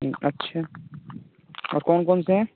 हम्म अच्छा और कौन कौनसे हैं